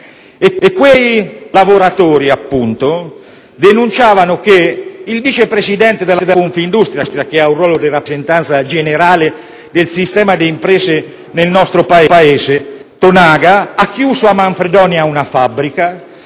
Quei lavoratori denunciavano che il vice presidente della Confindustria Tognana, che ha un ruolo di rappresentanza generale del sistema di imprese nel nostro Paese, ha chiuso a Manfredonia una fabbrica